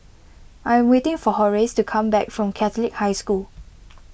I am waiting for Horace to come back from Catholic High School